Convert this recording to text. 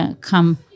come